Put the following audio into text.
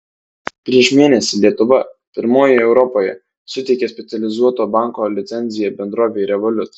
prieš mėnesį lietuva pirmoji europoje suteikė specializuoto banko licenciją bendrovei revolut